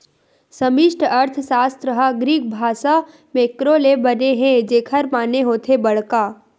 समस्टि अर्थसास्त्र ह ग्रीक भासा मेंक्रो ले बने हे जेखर माने होथे बड़का